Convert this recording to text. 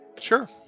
sure